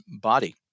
body